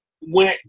went